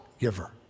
giver